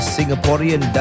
Singaporean